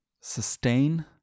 sustain